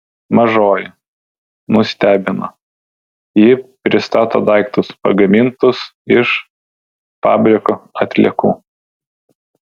mažoji nustebino ji pristato daiktus pagamintus iš fabriko atliekų